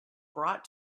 brought